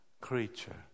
creature